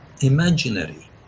imaginary